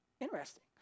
Interesting